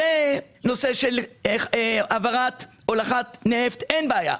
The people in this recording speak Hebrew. לנושא של הולכת נפט אין בעיה,